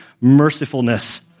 mercifulness